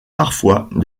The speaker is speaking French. parfois